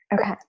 Okay